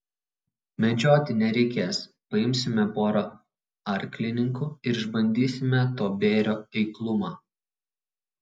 medžioti nereikės paimsime porą arklininkų ir išbandysime to bėrio eiklumą